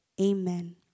Amen